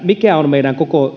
mikä on meidän koko